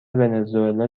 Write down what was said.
ونزوئلا